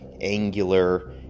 angular